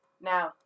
Now